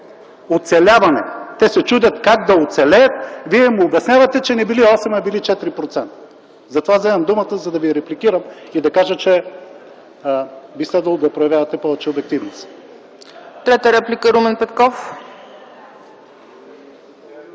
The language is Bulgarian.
оцеляване. Те се чудят как да оцелеят, Вие им обяснявате, че не били осем, а били 4%. Затова взимам думата, за да Ви репликирам и да кажа, че би следвало да проявявате повече обективност.